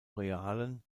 realen